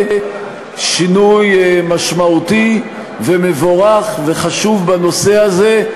שינוי משמעותי ומבורך וחשוב בנושא הזה,